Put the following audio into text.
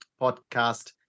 podcast